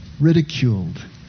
ridiculed